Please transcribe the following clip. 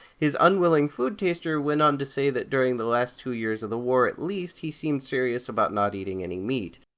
his unwilling food taster went on to say that during the last two years of the war at least, he seemed serious about not eating any meat.